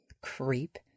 Creep